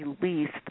released